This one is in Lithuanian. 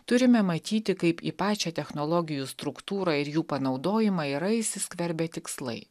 turime matyti kaip į pačią technologijų struktūrą ir jų panaudojimą yra įsiskverbę tikslai